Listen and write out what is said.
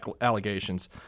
allegations